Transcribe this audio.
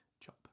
Job